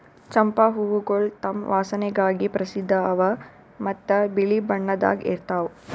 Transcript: ಚಂಪಾ ಹೂವುಗೊಳ್ ತಮ್ ವಾಸನೆಗಾಗಿ ಪ್ರಸಿದ್ಧ ಅವಾ ಮತ್ತ ಬಿಳಿ ಬಣ್ಣದಾಗ್ ಇರ್ತಾವ್